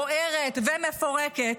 בוערת ומפורקת,